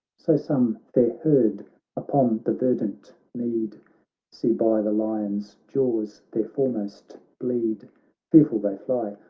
so some fair herd upon the verdant mead see by the lion's jaws their foremost bleed fearful they fly,